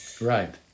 Right